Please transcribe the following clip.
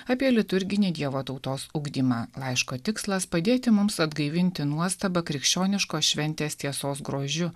apie liturginį dievo tautos ugdymą laiško tikslas padėti mums atgaivinti nuostabą krikščioniškos šventės tiesos grožiu